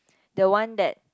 the one that